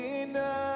enough